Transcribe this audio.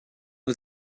nhw